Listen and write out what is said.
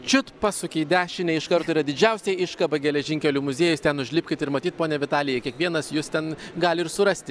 čiut pasuki į dešinę iš karto yra didžiausia iškaba geležinkelių muziejus ten užlipkit ir matyt ponia vitalijai kiekvienas jus ten gali ir surasti